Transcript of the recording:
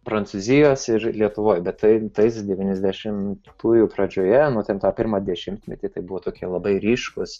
prancūzijos ir lietuvoj bet taip tais devyniasdešimtųjų pradžioje nu ten tą pirmą dešimtmetį tai buvo tokie labai ryškūs